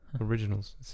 Originals